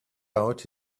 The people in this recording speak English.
out